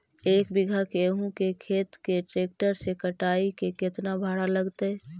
एक बिघा गेहूं के खेत के ट्रैक्टर से कटाई के केतना भाड़ा लगतै?